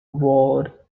award